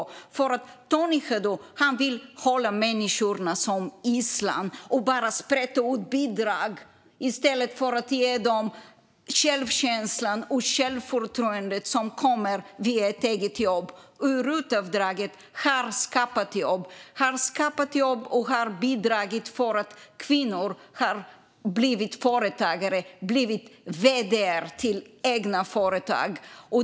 Tony Haddou vill hålla människor som gisslan och bara sprätta ut bidrag i stället för att ge dem den självkänsla och det självförtroende som kommer via ett eget jobb. RUT-avdraget har skapat jobb och bidragit till att kvinnor har blivit företagare och vd:ar för egna företag.